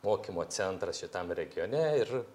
mokymo centras šitam regione ir